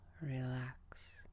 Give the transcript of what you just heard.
relax